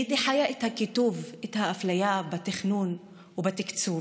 הייתי חיה את הקיטוב, את האפליה בתכנון ובתקצוב.